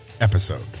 episode